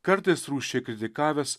kartais rūsčiai kritikavęs